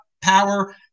power